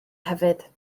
hefyd